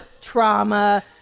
Trauma